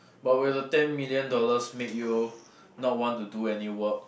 but will the ten million dollars make you not want to do any work